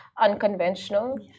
unconventional